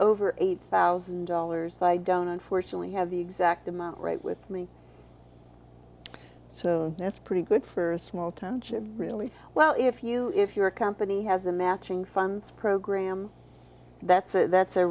eight thousand dollars i don't unfortunately have the exact amount right with me so that's pretty good for small town really well if you if your company has a matching funds program that's that's a